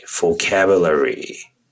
vocabulary